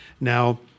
Now